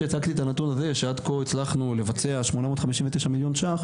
הצגתי את הנתון שעד כה הצלחנו לבצע חמישים ותשעה מיליון ₪,